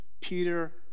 Peter